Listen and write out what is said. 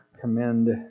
commend